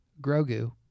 Grogu